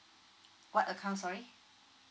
what account sorry